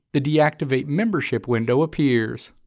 the deactivate membership window appears.